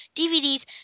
DVDs